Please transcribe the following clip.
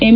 M